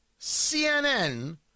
CNN